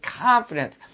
confidence